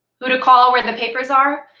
who to call, where the papers are?